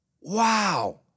Wow